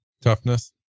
toughness